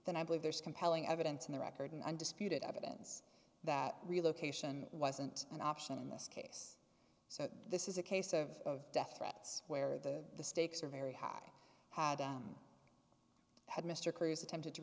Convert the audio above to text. that i believe there's compelling evidence in the record and undisputed evidence that relocation wasn't an option in this case so this is a case of death threats where the the stakes are very high had had mr cruz attempted to